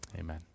Amen